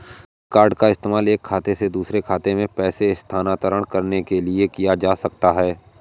क्या debit card का इस्तेमाल एक खाते से दूसरे खाते में पैसे स्थानांतरण करने के लिए किया जा सकता है?